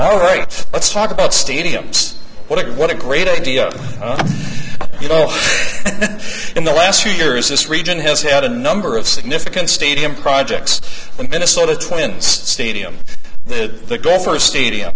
all right let's talk about stadiums what a what a great idea you know in the last few years this region has had a number of significant stadium projects the minnesota twins stadium this is the goal for stadium